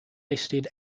listed